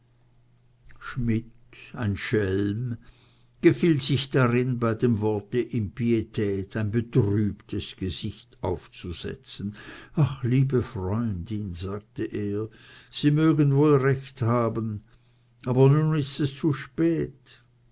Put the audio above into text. schmidt ein schelm gefiel sich darin bei dem wort impietät ein betrübtes gesicht aufzusetzen ach liebe freundin sagte er sie mögen wohl recht haben aber nun ist es zu spät